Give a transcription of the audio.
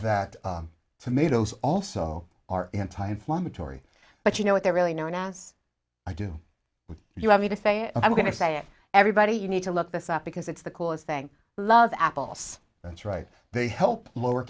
that tomatoes also are anti inflammatory but you know what they're really known as i do when you have me to say i'm going to say it everybody you need to look this up because it's the coolest thing love apples that's right they help